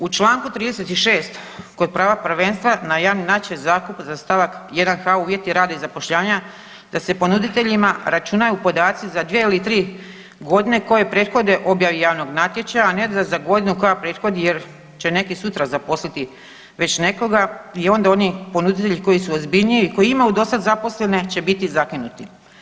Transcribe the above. U čl. 36. kod prava prvenstva na javni natječaj za zakup za st. 1. kao uvjeti rada i zapošljavanja da se ponuditeljima računaju podaci za 2 ili 3.g. koje prethode objavi javnog natječaja, a ne da za godinu koja prethodi jer će neki sutra zaposliti već nekoga i onda oni ponuditelji koji su ozbiljniji i koji imaju dosad zaposlene će biti zakinuti.